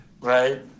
right